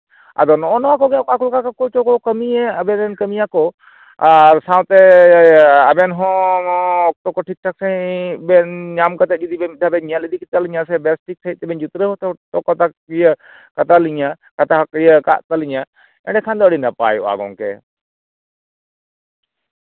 ᱟᱫᱚ ᱱᱚᱜᱼᱚ ᱱᱚᱣᱟ ᱠᱚᱜᱮ ᱚᱠᱟ ᱠᱚ ᱚᱠᱟ ᱠᱚ ᱪᱚᱠᱚ ᱠᱟᱹᱢᱤᱭᱮᱫ ᱟᱵᱮᱱ ᱨᱮᱱ ᱠᱟᱹᱢᱭᱟᱹ ᱠᱚ ᱟᱨ ᱥᱟᱶᱮᱛᱮ ᱟᱵᱮᱱ ᱦᱚᱸ ᱚᱠᱛᱚ ᱠᱚ ᱴᱷᱤᱠ ᱴᱷᱟᱠ ᱥᱟᱺᱦᱤᱡ ᱵᱮᱱ ᱧᱟᱢ ᱠᱟᱛᱮ ᱡᱩᱫᱤ ᱵᱮᱱ ᱢᱤᱫ ᱫᱷᱟᱣ ᱵᱮᱱ ᱧᱮᱞ ᱤᱫᱤ ᱠᱮᱛᱟ ᱞᱤᱧᱟᱹ ᱥᱮ ᱵᱮᱥᱴᱷᱤᱠ ᱥᱟᱺᱦᱤᱡ ᱛᱮᱵᱮᱱ ᱡᱩᱛᱨᱟᱹᱣ ᱦᱚᱴᱚ ᱠᱟᱛᱟ ᱤᱭᱟᱹ ᱠᱟᱛᱟᱞᱤᱧᱟ ᱠᱟᱜ ᱛᱟᱞᱤᱧᱟᱹ ᱮᱸᱰᱮᱠᱷᱟᱱ ᱫᱚ ᱟᱹᱰᱤ ᱱᱟᱯᱟᱭᱚᱜᱼᱟ ᱜᱚᱝᱠᱮ